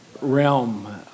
Realm